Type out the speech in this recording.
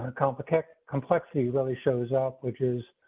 complex complexity really shows up, which is